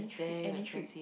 damn expensive